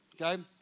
okay